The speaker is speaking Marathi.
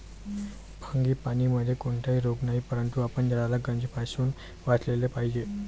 फ्रांगीपानीमध्ये कोणताही रोग नाही, परंतु आपण झाडाला गंजण्यापासून वाचवले पाहिजे